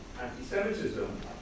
anti-Semitism